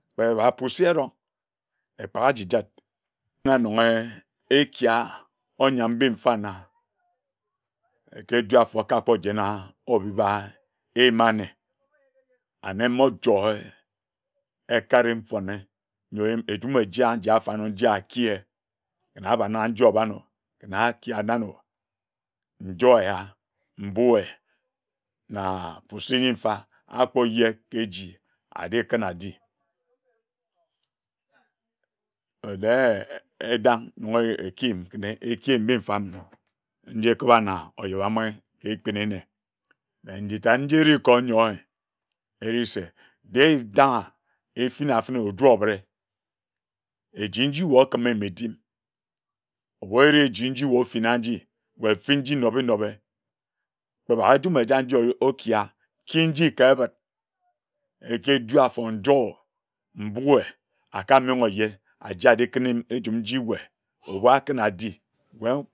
Bere apesi erong ekpaga aji jid nyor aonge ejia onyam mbi mfana ke edu afor akapor jena obiba. eyim anne emojoer ekare mfone nyor eyim edume ejia njia fanor njia akiye nabanor nji eba nor na akiya nano njor eya mbuea na busiki mfa akpuye ke eji adikuna adi eeh de eeh edan nga ekiyim ken eyim mbimfam nji ekiba na ojebambinghe ke ekpini nne na njitad nji ere kor onyoer erese de danga efina fene oju obire eji nji wae okime medim wae ere eji nji na efina ndi wae fin ji nobe nobe kpe baga njume eja njia okier ki nji ke ebid ejor eju afor njor mbuea akanonge oye aji ajikune ejim nji wae ebu akuna adi wae